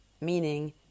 meaning